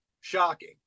Shocking